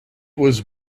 was